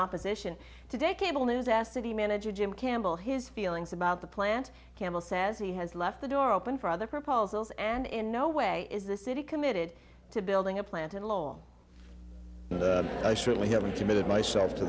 opposition today cable news asked city manager jim campbell his feelings about the plant campbell says he has left the door open for other proposals and in no way is the city committed to building a plant in lol i certainly haven't committed myself to